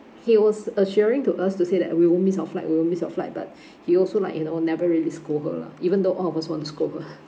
he was assuring to us to say that we won't miss our flight we won't miss our flight but he also like you know never really scold her lah even though all of us want to scold her